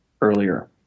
earlier